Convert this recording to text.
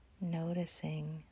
noticing